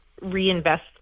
reinvest